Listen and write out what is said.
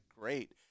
great